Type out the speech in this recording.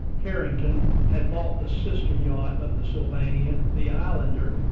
carrington had bought the sister yacht of the sylvania, the islander,